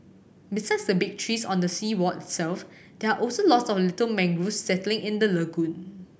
besides the big trees on the seawall itself there are also lots of little mangrove settling in the lagoon